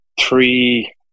Three